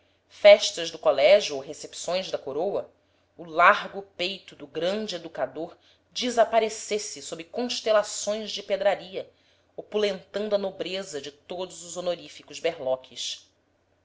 festas do colégio ou recepção da coroa o largo peito do grande educador desaparecesse sob constelações de pedraria opulentando a nobreza de todos os honoríficos berloques